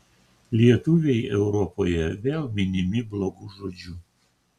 lietuviai europoje vėl minimi blogu žodžiu